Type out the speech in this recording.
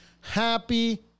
Happy